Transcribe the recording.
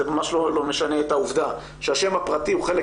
זה ממש לא משנה את העובדה שהשם הפרטי הוא חלק